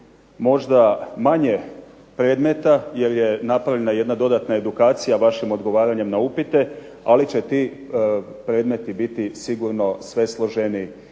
možda manje predmeta, jer je napravljena jedna dodatna edukacija vašim odgovaranjem na upite, ali će ti predmeti biti sigurno sve složeniji.